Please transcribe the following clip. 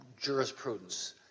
jurisprudence